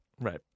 Right